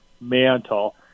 mantle